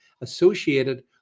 associated